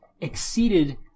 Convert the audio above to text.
exceeded